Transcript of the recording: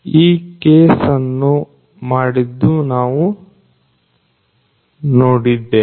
ಈ ಕೇಸನ್ನು ಮಾಡಿದ್ದು ನಾವು ನೋಡಿದ್ದೇವೆ